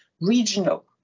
regional